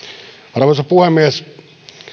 arvoisa puhemies